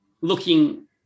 looking